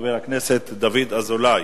חבר הכנסת דוד אזולאי.